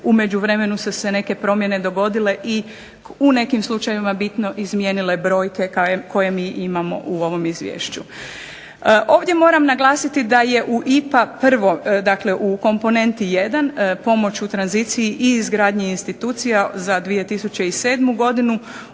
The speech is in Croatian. međuvremenu su se neke izmjene dogodile i u nekim slučajevima bitno izmijenile brojke koje mi imamo u ovom Izvješću. Ovdje moram naglasiti da je u IPA komponenti 1. pomoć u tranziciji i izgradnji institucija za 2007. godinu